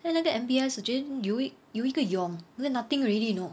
在那个 M_B_S 我觉得有一有一个泳 like that nothing already you know